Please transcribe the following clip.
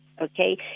Okay